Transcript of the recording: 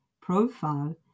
profile